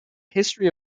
history